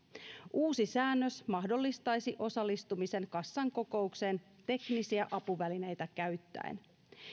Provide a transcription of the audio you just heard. uusi säännös mahdollistaisi osallistumisen kassan kokoukseen teknisiä apuvälineitä käyttäen